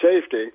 safety